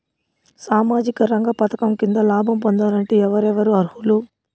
సామాజిక రంగ పథకం కింద లాభం పొందాలంటే ఎవరెవరు అర్హులు?